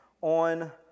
on